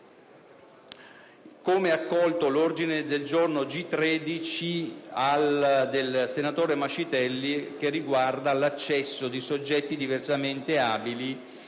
accolto l'ordine del giorno G13, del senatore Mascitelli ed altri, riguardante l'accesso di soggetti diversamente abili